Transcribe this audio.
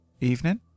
Evening